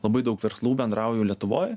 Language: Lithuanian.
labai daug verslų bendrauju lietuvoj